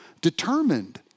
determined